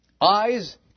Eyes